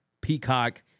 Peacock